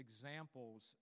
examples